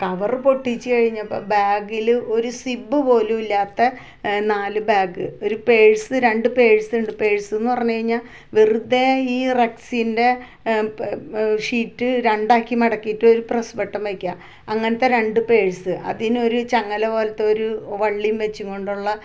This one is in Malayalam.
കവറ് പൊട്ടിച്ച് കഴിഞ്ഞപ്പോൾ ബാഗിൽ ഒരു സിബ്ബ് പോലുമില്ലാത്ത നാല് ബാഗ് ഒരു പേഴ്സ് രണ്ട് പേഴ്സ്ണ്ട് പേഴ്സ്ന്ന് പറഞ്ഞ് കഴിഞ്ഞാൽ വെറുതെ ഈ റക്സിൻ്റെ ഷീറ്റ് രണ്ടാക്കി മടക്കീട്ട് ഒരു പ്രസ് ബട്ടൺ വക്യ അങ്ങനത്തെ രണ്ട് പേഴ്സ് അതിനൊരു ചങ്ങല പോലത്തൊരു വള്ളീം വച്ചും കൊണ്ടുള്ള